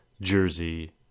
jersey